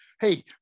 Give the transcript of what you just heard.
hey